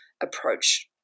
approach